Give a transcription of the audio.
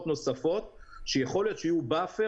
אופנוע חייב